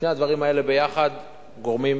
שני הדברים האלה ביחד גורמים